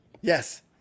yes